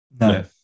No